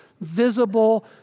visible